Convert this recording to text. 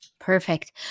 Perfect